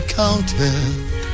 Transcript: counted